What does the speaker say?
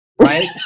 right